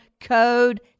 code